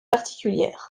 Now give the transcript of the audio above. particulière